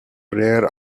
rare